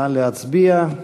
נא להצביע.